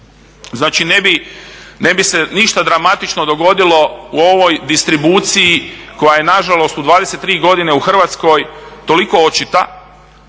Znači ne bi se ništa dramatično dogodilo u ovoj distribuciji koja je nažalost u 23 godine u Hrvatskoj toliko očita,